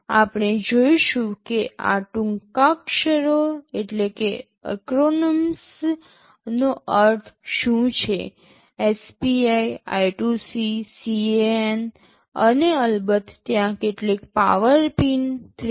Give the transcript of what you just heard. આપણે જોઈશું કે આ ટૂંકાક્ષરોનો અર્થ શું છે SPI I2C CAN અને અલબત્ત ત્યાં કેટલીક પાવર પિન ૩